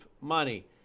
money